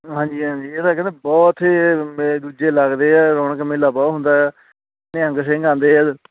ਹਾਂਜੀ ਹਾਂਜੀ ਇਹ ਤਾਂ ਕਹਿੰਦੇ ਬਹੁਤ ਹੀ ਮੇਲੇ ਦੂਜੇ ਲੱਗਦੇ ਆ ਰੌਣਕ ਮੇਲਾ ਬਹੁਤ ਹੁੰਦਾ ਆ ਨਿਹੰਗ ਸਿੰਘ ਆਉਂਦੇ ਆ